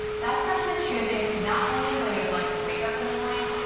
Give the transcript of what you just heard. that starts with choosing not only when you would like to wake up in the morning,